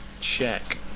check